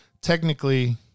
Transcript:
technically